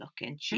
looking